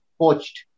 poached